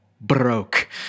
broke